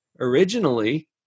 originally